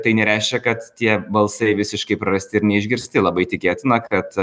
tai nereiškia kad tie balsai visiškai prarasti ir neišgirsti labai tikėtina kad